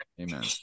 Amen